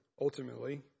ultimately